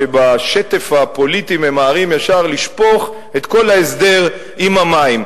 שבשטף הפוליטי ממהרים ישר לשפוך את כל ההסדר עם המים: